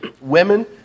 women